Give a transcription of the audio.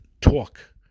talk